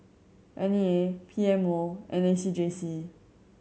N E A P M O and A C J C